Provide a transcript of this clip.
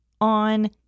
on